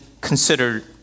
considered